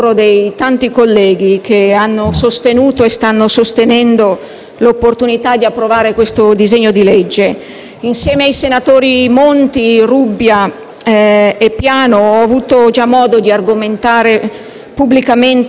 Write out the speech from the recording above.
l'opportunità di approvare questo disegno di legge. Insieme ai senatori Monti, Rubbia e Piano ho avuto già modo di argomentare pubblicamente l'opportunità e l'urgenza di portare a compimento questa riforma.